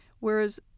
Whereas